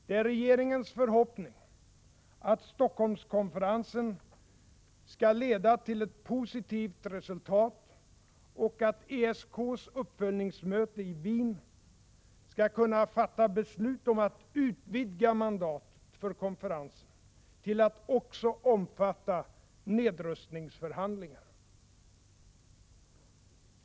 Det är regeringens förhoppning att Helsingforsskonferensen skall leda till ett positivt resultat och att ESK:s uppföljningsmöte i Wien skall kunna fatta beslut om att utvidga mandatet för konferensen till att också omfatta nedrustningsförhandlingar.